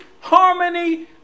harmony